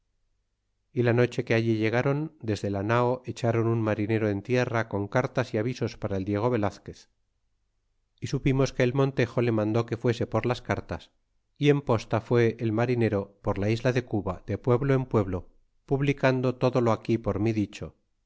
y la noche que allí llegaron desde la nao echaron un marinero en tierra con cartas y avisos para el diego velazquez y supimos que el montejo le mandó que fuese con las cartas y en posta fué el marinero por la isla de cuba de pueblo en pueblo publicando todo lo aquí por mi dicho